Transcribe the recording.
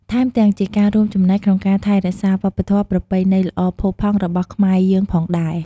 ថែមទាំងជាការរួមចំណែកក្នុងការថែរក្សាវប្បធម៌ប្រពៃណីល្អផូរផង់របស់ខ្មែរយើងផងដែរ។